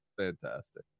Fantastic